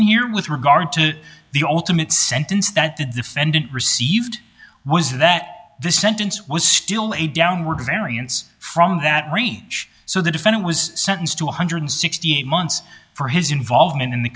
here with regard to the ultimate sentence that the defendant received was that the sentence was still a downward variance from that range so the defendant was sentenced to one hundred and sixty eight months for his involvement in the